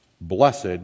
Blessed